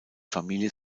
familie